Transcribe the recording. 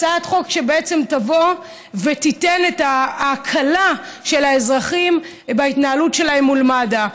הצעת חוק שבעצם תבוא ותיתן את ההקלה לאזרחים בהתנהלות שלהם מול מד"א.